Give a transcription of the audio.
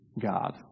God